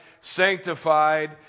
sanctified